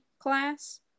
class